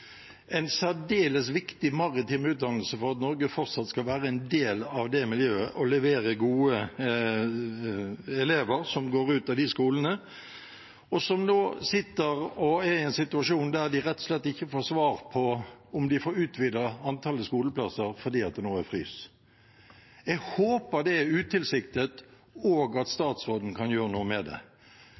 en særdeles viktig maritim utdannelse for at Norge fortsatt skal være en del av det miljøet og levere gode elever som går ut av de skolene. Nå er de i en situasjon der de rett og slett ikke får svar på om de får utvidet antallet skoleplasser, for nå er det en fryssituasjon. Jeg håper det er utilsiktet, og at statsråden kan gjøre noe med det.